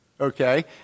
okay